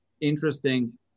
interesting